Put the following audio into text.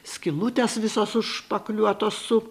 skylutės visos užšpakliuotos su